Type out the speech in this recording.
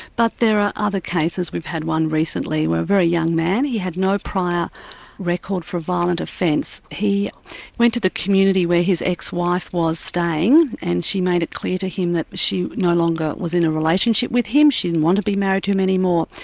but there are other cases. we've had one recently where a very young man, he had no prior record for a violent offence, he went to the community where his ex-wife was staying, and she made it clear to him that she no longer was in a relationship with him, she didn't and want to be married to him any more.